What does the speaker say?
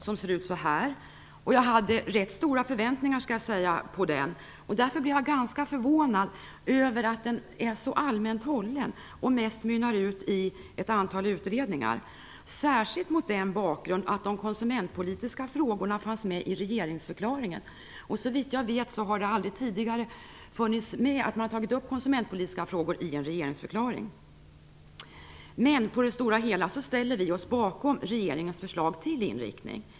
Den ser ut så här. Jag hade rätt stora förväntningar på den. Därför blev jag ganska förvånad över att den är så allmänt hållen och mest mynnar ut i ett antal utredningar, särskilt mot den bakgrunden att de konsumentpolitiska frågorna fanns med i regeringsförklaringen. Såvitt jag vet har man aldrig tidigare tagit upp konsumentpolitiska frågor i en regeringsförklaring. Men på det stora hela ställer vi oss bakom regeringens förslag till inriktning.